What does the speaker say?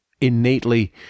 innately